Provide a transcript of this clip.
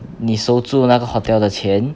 你收住那个 hotel 的钱